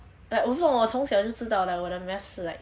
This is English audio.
like also 我从小就知道 liao 我的 math 是 like